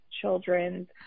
children's